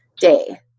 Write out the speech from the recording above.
day